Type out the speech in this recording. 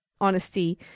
honesty –